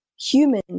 Human